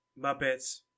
muppets